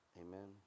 amen